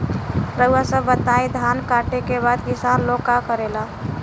रउआ सभ बताई धान कांटेके बाद किसान लोग का करेला?